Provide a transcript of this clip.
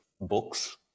books